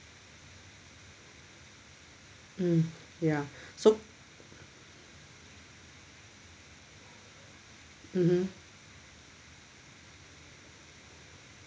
mm ya so mmhmm